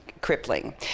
crippling